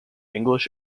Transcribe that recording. english